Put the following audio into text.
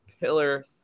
pillar